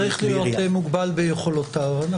צריך להיות מוגבל ביכולותיו.